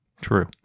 True